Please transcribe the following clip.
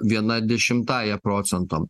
viena dešimtąja procento